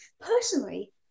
Personally